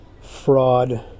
fraud